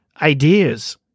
ideas